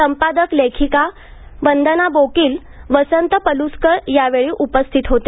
संपादक लेखिका वंदना बोकील वसंत पलुस्कर यावेळी उपस्थित होते